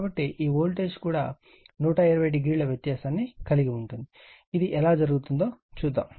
కాబట్టి ఈ వోల్టేజ్ కూడా 120 o ఈ వ్యత్యాసాన్ని కలిగి ఉంటుంది ఇది ఎలా జరుగుతుందో చూద్దాం